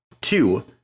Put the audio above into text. two